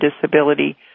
Disability